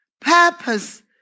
Purpose